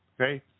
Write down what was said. okay